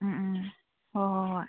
ꯎꯝ ꯎꯝ ꯍꯣꯏ ꯍꯣꯏ ꯍꯣꯏ